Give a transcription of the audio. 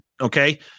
Okay